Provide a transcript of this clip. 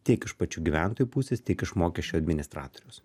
tiek iš pačių gyventojų pusės tiek iš mokesčių administratoriaus